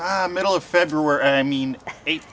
my middle of february i mean eight